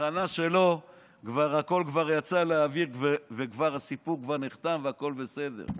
בתחנה שלו הכול כבר יצא לאוויר והסיפור כבר נחתם והכול בסדר.